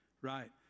Right